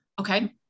Okay